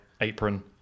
apron